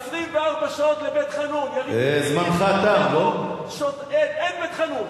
24 שעות לבית-חנון, יריתם טילים, אין בית-חנון.